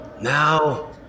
Now